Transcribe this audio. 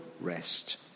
rest